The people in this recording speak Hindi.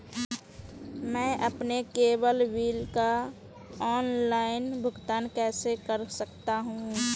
मैं अपने केबल बिल का ऑनलाइन भुगतान कैसे कर सकता हूं?